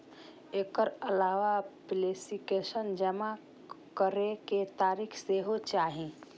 एकर अलावा एप्लीकेशन जमा करै के तारीख सेहो चाही